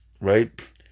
right